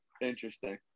Interesting